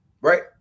Right